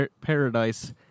Paradise